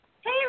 Hey